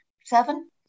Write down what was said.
seven